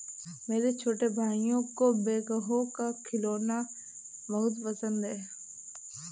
मेरे छोटे भाइयों को बैकहो का खिलौना बहुत पसंद है